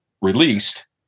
released